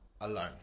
alone